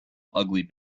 ugly